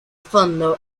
fondo